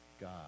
God